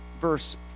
verse